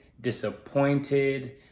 disappointed